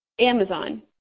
Amazon